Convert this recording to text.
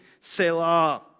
selah